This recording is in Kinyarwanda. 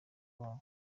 wabo